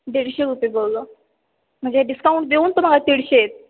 दीडशे रुपये बोललं म्हणजे डिस्काउंट देऊन तुम्हाला दीडशेत